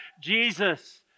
Jesus